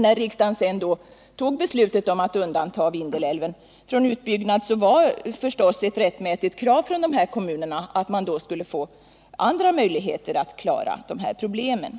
När riksdagen så beslöt att undanta Vindelälven från utbyggnad, var det förstås ett rättmätigt krav från de här kommunernas sida att man skulle få andra möjligheter att klara problemen.